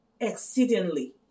exceedingly